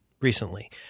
recently